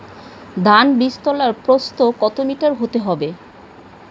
ধান বীজতলার প্রস্থ কত মিটার হতে হবে?